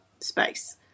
space